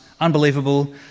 Unbelievable